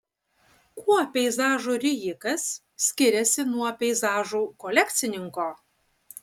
kuo peizažų rijikas skiriasi nuo peizažų kolekcininko